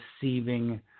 deceiving